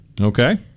Okay